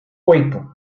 oito